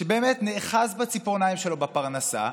שבאמת נאחז בציפורניים שלו בפרנסה,